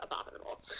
abominable